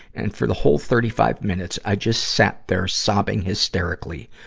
and for the whole thirty five minutes, i just sat there sobbing hysterically,